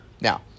Now